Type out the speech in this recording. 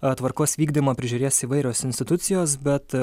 a tvarkos vykdymą prižiūrės įvairios institucijos bet